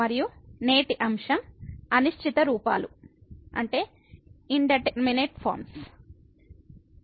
మరియు నేటి అంశం అనిశ్చిత రూపాలు indeterminate forms Indeterminate Forms